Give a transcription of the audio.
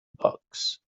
bucks